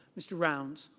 mr. rounds